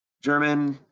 german,